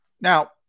Now